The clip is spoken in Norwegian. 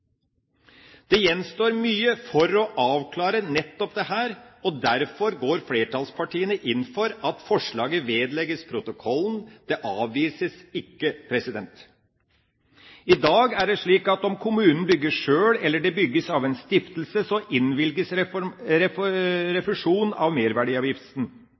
Det gjenstår mye for å avklare nettopp dette, og derfor går flertallspartiene inn for at forslaget vedlegges protokollen. Det avvises ikke. I dag er det slik at om kommunen bygger sjøl, eller om det bygges av en stiftelse, innvilges refusjon av merverdiavgiften.